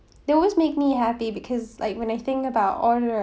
they always make me happy because like when I think about all the